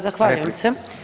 Zahvaljujem se.